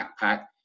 backpack